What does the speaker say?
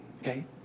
okay